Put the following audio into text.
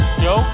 yo